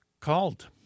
called